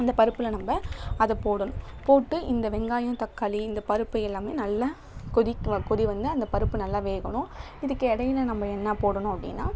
அந்த பருப்பில் நம்ப அதை போடணும் போட்டு இந்த வெங்காயம் தக்காளி இந்த பருப்பு எல்லாமே நல்லா கொதிக் கொதி வந்து அந்த பருப்பு நல்லா வேகணும் இதுக்கு இடையில நம்ப என்ன போடணும் அப்படின்னா